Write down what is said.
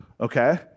Okay